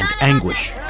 anguish